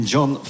John